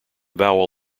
vowel